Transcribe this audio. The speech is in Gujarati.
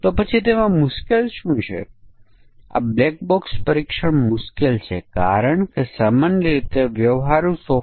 તો માન્ય સમકક્ષતા અને અમાન્ય સમકક્ષ વર્ગ શું થશે